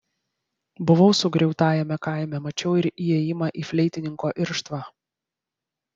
buvau sugriautajame kaime mačiau ir įėjimą į fleitininko irštvą